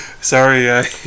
Sorry